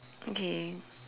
okay